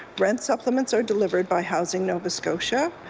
rent supplements are delivered by housing nova scotia.